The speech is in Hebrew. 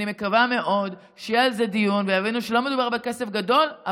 אני מקווה מאוד שיהיה על זה דיון ושיבינו שלא מדובר בכסף גדול,